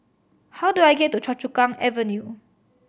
how do I get to Choa Chu Kang Avenue